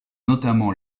notamment